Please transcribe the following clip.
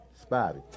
Spotty